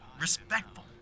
respectful